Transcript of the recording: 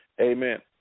Amen